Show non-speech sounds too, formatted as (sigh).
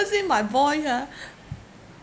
ever since my boys ah (breath)